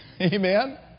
Amen